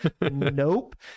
Nope